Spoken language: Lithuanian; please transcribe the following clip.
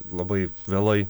labai vėlai